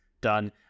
done